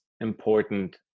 important